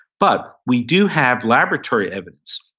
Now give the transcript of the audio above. but we do have laboratory evidence.